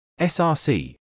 src